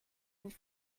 mille